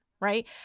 right